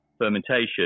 fermentation